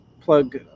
plug